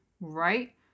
Right